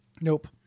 Nope